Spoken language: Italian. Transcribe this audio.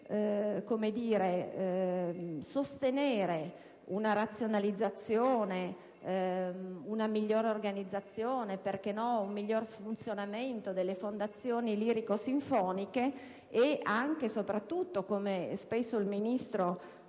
che, anziché sostenere una razionalizzazione, una migliore organizzazione e - perché no? - un miglior funzionamento delle fondazioni lirico-sinfoniche, e anche e soprattutto, come spesso il Ministro